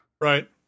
Right